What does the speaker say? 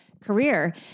career